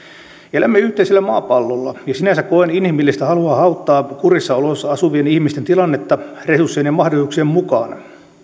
elämme yhteisellä maapallolla ja sinänsä koen inhimillistä halua auttaa kurjissa oloissa asuvien ihmisten tilannetta resurssien ja mahdollisuuksien mukaan